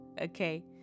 okay